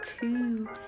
two